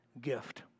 gift